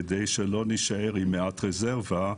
כדי שלא נישאר עם מעט רזרבה,